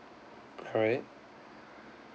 alright